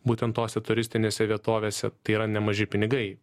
būtent tose turistinėse vietovėse tai yra nemaži pinigai